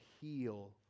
heal